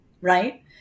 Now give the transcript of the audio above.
right